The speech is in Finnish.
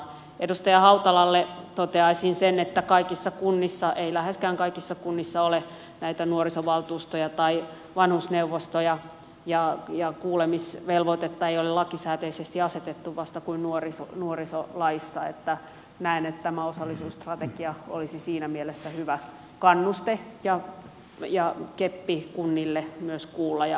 edustaja hautalalle toteaisin sen että ei läheskään kaikissa kunnissa ole näitä nuorisovaltuustoja tai vanhusneuvostoja eikä kuulemisvelvoitetta ole lakisääteisesti asetettu vasta kuin nuorisolaissa joten näen että tämä osallisuusstrategia olisi siinä mielessä hyvä kannuste ja keppi kunnille myös kuulla ja aidosti osallistaa